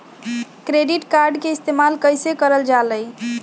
Credit card के इस्तेमाल कईसे करल जा लई?